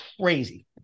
Crazy